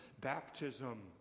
baptism